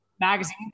magazine